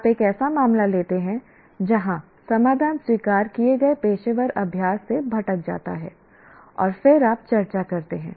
आप एक ऐसा मामला लेते हैं जहां समाधान स्वीकार किए गए पेशेवर अभ्यास से भटक जाता है और फिर आप चर्चा करते हैं